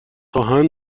میخواهند